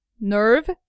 nerve